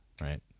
right